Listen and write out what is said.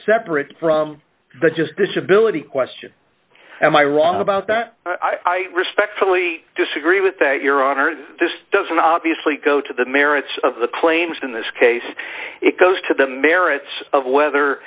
separate from the just disability question am i wrong about that i respectfully disagree with that your honor that this doesn't obviously go to the merits of the claims in this case it goes to the merits of whether